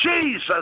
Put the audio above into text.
Jesus